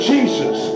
Jesus